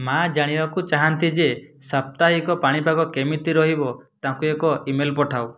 ମା ଜାଣିବାକୁ ଚାହାଁନ୍ତି ଯେ ସାପ୍ତାହିକ ପାଣିପାଗ କେମିତି ରହିବ ତାଙ୍କୁ ଏକ ଇମେଲ୍ ପଠାଅ